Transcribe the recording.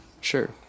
Sure